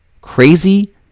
crazy